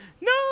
no